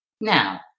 Now